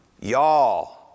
Y'all